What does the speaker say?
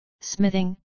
smithing